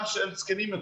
הסכומים.